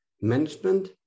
management